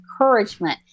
encouragement